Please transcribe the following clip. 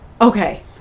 Okay